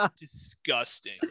disgusting